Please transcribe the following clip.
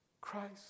Christ